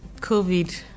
COVID